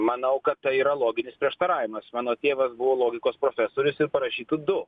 manau kad tai yra loginis prieštaravimas mano tėvas buvo logikos profesorius ir parašytų du